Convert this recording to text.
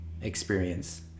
experience